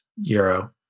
euro